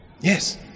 Yes